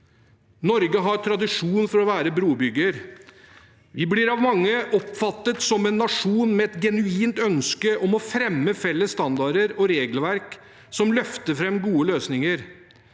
Norge har tradisjon for å være brobygger. Vi blir av mange oppfattet som en nasjon med et genuint ønske om å fremme felles standarder og regelverk som løfter fram gode løsninger.